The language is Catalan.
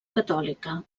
catòlica